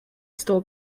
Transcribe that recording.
store